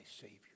Savior